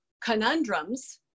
conundrums